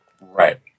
right